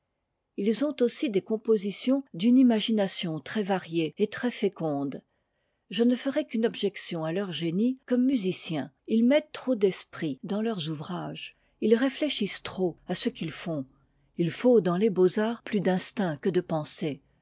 ils ont aussi des compositeurs d'une imagination très variée et très féconde je ne ferai qu'une objection à leur génie comme musiciens ils mettent trop d'esprit dans leurs ouvrages ils réfléchissent trop à ce qu'ils font il faut dans les beaux-arts plus d'instinct que de pensées